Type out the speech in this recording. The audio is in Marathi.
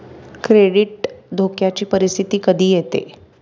क्रेडिट धोक्याची परिस्थिती कधी येते